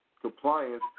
compliance